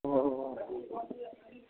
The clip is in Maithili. हँ